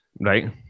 right